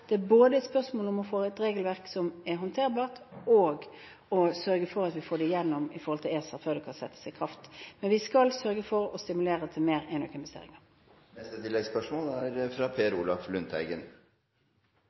det forbeholdet: Det er et spørsmål om både å få et regelverk som er håndterbart, og å sørge for at vi får det igjennom via ESA, før det kan settes i kraft. Men vi skal sørge for å stimulere til mer